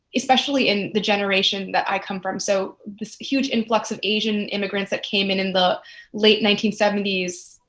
especially in the generation that i come from, so this huge influx of asian immigrants that came in in the late nineteen seventy s,